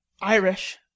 Irish